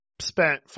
spent